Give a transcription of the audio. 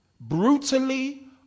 brutally